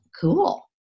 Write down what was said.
cool